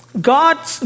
God